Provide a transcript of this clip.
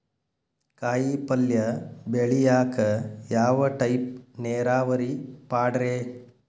ಕಾಯಿಪಲ್ಯ ಬೆಳಿಯಾಕ ಯಾವ ಟೈಪ್ ನೇರಾವರಿ ಪಾಡ್ರೇ?